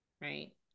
right